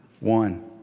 One